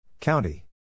County